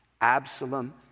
Absalom